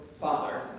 Father